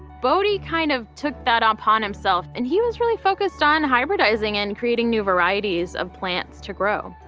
boddy kind of took that upon himself, and he was really focused on hybridizing and creating new varieties of plants to grow.